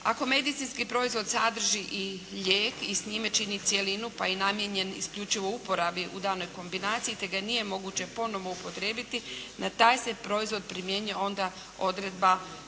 Ako medicinski proizvod sadrži i lijek i s njime čini cjelinu pa je i namijenjen isključivo uporabi u danoj kombinaciji te ga nije moguće ponovo upotrijebiti na taj se proizvod primjenjuje onda odredba Zakona